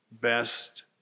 best